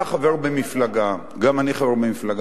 אתה חבר במפלגה, גם אני חבר במפלגה.